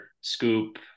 scoop